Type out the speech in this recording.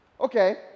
Okay